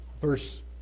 verse